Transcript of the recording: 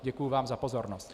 Děkuji vám za pozornost.